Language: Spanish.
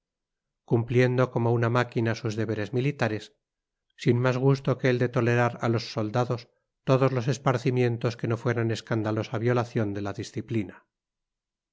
cumpliendo como una máquina sus deberes militares sin más gusto que el de tolerar a los soldados todos los esparcimientos que no fueran escandalosa violación de la disciplina